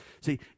See